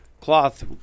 cloth